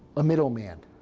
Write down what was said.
a middleman.